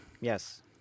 Yes